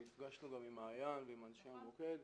נפגשנו גם עם מעיין ועם אנשי המוקד.